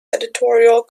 editorial